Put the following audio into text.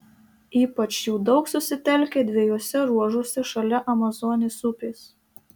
ypač jų daug susitelkę dviejuose ruožuose šalia amazonės upės